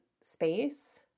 space